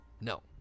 no